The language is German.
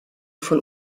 von